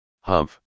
Humph